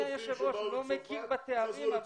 השר להשכלה גבוהה ומשלימה זאב אלקין: זה מה שהוא אמר.